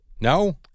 No